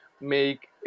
make